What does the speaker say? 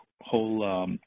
whole –